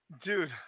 Dude